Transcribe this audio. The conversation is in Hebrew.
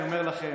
אני אומר לכם,